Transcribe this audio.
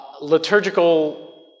liturgical